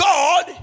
God